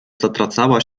zatracała